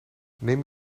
neem